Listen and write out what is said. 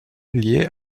liés